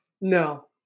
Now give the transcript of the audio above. no